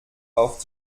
auf